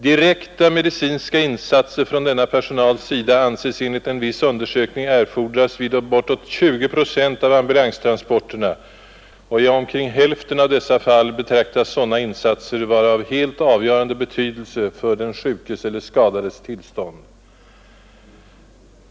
Direkta medicinska insatser från denna personals sida anses enligt en viss undersökning erfordras vid bortåt 20 procent av ambulanstransporterna och i omkring hälften av dessa fall betraktas sådana insatser vara av helt avgörande betydelse för den sjukes eller skadades tillstånd.